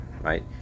right